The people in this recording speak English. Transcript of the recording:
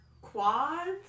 quads